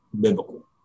biblical